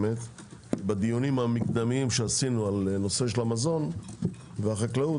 בדיונים המקדמיים שעשינו בנושא המזון והחקלאות,